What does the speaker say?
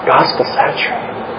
Gospel-saturated